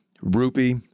rupee